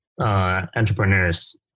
entrepreneurs